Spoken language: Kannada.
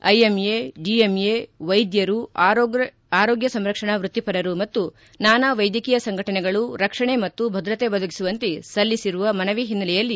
ಐಎಂಎ ಡಿಎಂಎ ವೈದ್ಯರು ಆರೋಗ್ಯ ಸಂರಕ್ಷಣಾ ವೃತ್ತಿಪರರು ಮತ್ತು ನಾನಾ ವೈದ್ಯಕೀಯ ಸಂಘಟನೆಗಳು ರಕ್ಷಣೆ ಮತ್ತು ಭದ್ರತೆ ಒದಗಿಸುವಂತೆ ಸಲ್ಲಿಸಿರುವ ಮನವಿ ಹಿನ್ನೆಲೆಯಲ್ಲಿ